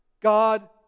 God